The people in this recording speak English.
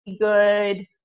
good